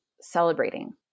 celebrating